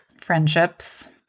friendships